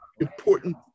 important